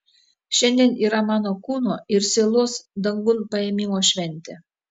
šiandien yra mano kūno ir sielos dangun paėmimo šventė